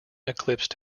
eclipsed